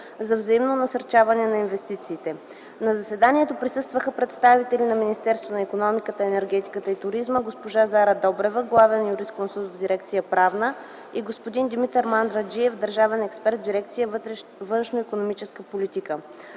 за взаимно насърчаване и защита на инвестициите. На заседанието присъстваха представители на Министерството на икономиката, енергетиката и туризма: госпожа Зара Добрева – главен юрисконсулт в дирекция „Правна”, и господин Димитър Мандраджиев – държавен експерт в дирекция „Външноикономическа политика”.